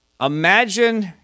Imagine